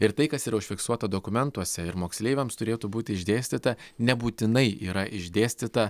ir tai kas yra užfiksuota dokumentuose ir moksleiviams turėtų būti išdėstyta nebūtinai yra išdėstyta